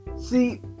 See